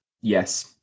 Yes